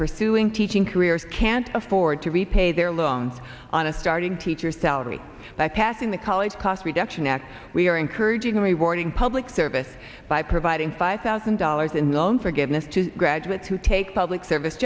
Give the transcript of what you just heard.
pursuing teaching careers can't afford to repay their loans on a starting teacher's salary bypassing the college cost reduction act we are encouraging rewarding public service by providing five thousand dollars in loan forgiveness to graduates who take public service